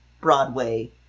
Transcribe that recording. Broadway